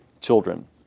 children